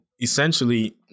essentially